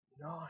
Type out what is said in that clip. nine